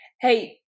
Hey